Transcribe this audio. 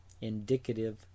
indicative